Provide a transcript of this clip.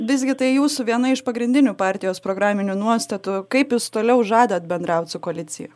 visgi tai jūsų viena iš pagrindinių partijos programinių nuostatų kaip jūs toliau žadat bendraut su koalicija